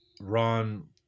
Ron